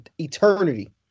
eternity